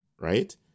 right